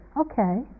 Okay